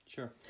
Sure